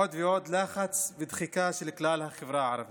עוד ועוד לחץ ודחיקה של כלל החברה הערבית.